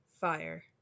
Fire